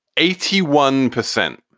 eighty one percent,